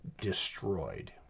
destroyed